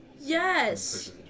Yes